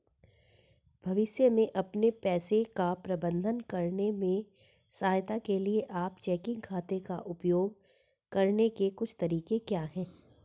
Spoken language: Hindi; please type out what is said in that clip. भविष्य में अपने पैसे का प्रबंधन करने में सहायता के लिए आप चेकिंग खाते का उपयोग करने के कुछ तरीके क्या हैं?